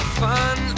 fun